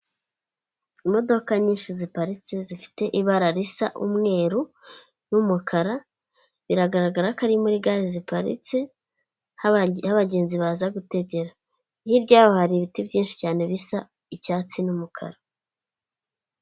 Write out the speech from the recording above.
Imodoka nyinshi ziparitse zifite ibara risa umweru n'umukara biragaragara ko ari muri gare ziparitse abagenzi baza gutegera, hirya y'aho hari ibiti byinshi cyane bisa icyatsi n'umukara.